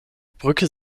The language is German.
brücke